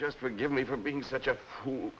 just forgive me for being such a